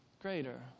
greater